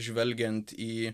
žvelgiant į